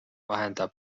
vahendab